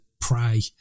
pray